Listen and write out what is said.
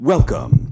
Welcome